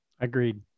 Agreed